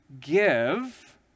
give